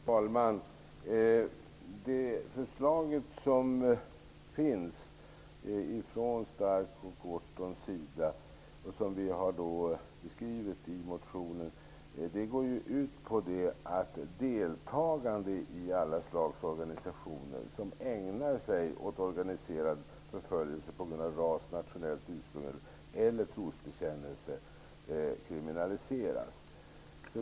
Herr talman! Det förslag som Stark och Orton har presenterat och som vi har beskrivit i motionen går ut på att deltagande i alla slags organisationer som ägnar sig åt organiserad förföljelse på grund av ras, nationellt ursprung eller trosbekännelse kriminaliseras.